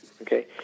okay